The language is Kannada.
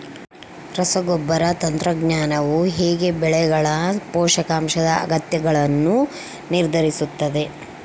ರಸಗೊಬ್ಬರ ತಂತ್ರಜ್ಞಾನವು ಹೇಗೆ ಬೆಳೆಗಳ ಪೋಷಕಾಂಶದ ಅಗತ್ಯಗಳನ್ನು ನಿರ್ಧರಿಸುತ್ತದೆ?